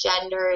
gender